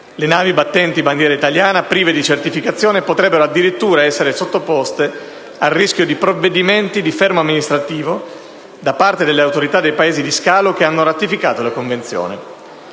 Le navi battenti bandiera italiana prive di certificazione potrebbero addirittura essere sottoposte al rischio di provvedimenti di fermo amministrativo da parte delle autorità dei Paesi di scalo che hanno ratificato la Convenzione.